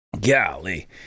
Golly